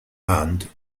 hand